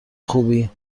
خوبی